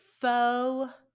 faux